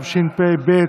התשפ"ב 2021,